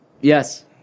Yes